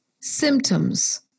symptoms